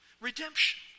redemption